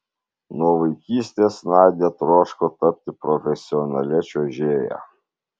nuo vaikystės nadia troško tapti profesionalia čiuožėja